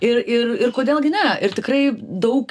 ir ir ir kodėl gi ne ir tikrai daug